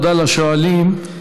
תודה לשואלים.